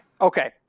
okay